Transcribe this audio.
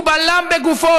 והוא בלם בגופו,